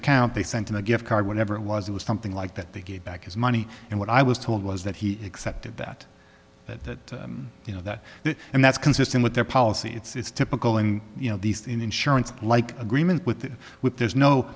account they sent him a gift card whatever it was it was something like that they gave back his money and what i was told was that he accepted that that you know that and that's consistent with their policy it's typical and you know these insurance like agreement with that with there's no